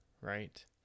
right